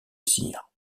cire